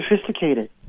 sophisticated